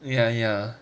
ya ya